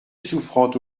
souffrante